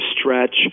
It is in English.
stretch